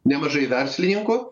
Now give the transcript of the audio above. nemažai verslininkų